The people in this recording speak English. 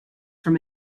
from